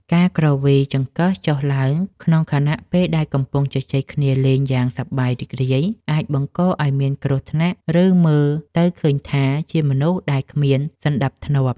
ការគ្រវីចង្កឹះចុះឡើងក្នុងខណៈពេលដែលកំពុងជជែកគ្នាលេងយ៉ាងសប្បាយរីករាយអាចបង្កឱ្យមានគ្រោះថ្នាក់ឬមើលទៅឃើញថាជាមនុស្សដែលគ្មានសណ្តាប់ធ្នាប់។